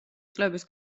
წლების